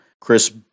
Chris